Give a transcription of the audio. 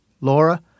Laura